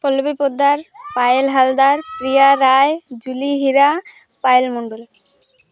Pallavi Poddar Payel Haldar Priya Roy Julie Hira Payel Mondal